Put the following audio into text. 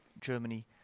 Germany